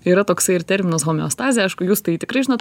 yra toksai ir terminas homeostazė aišku jūs tai tikrai žinot